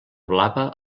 blava